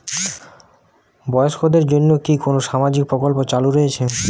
বয়স্কদের জন্য কি কোন সামাজিক প্রকল্প চালু রয়েছে?